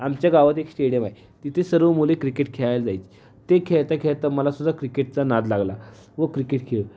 आमच्या गावात एक श्टेडियम आहे तिथे सर्व मुले क्रिकेट खेळायला जायचं ते खेळता खेळता मलासुद्धा क्रिकेटचा नाद लागला व क्रिकेट खेळ